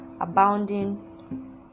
abounding